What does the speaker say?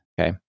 Okay